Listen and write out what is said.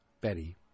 Betty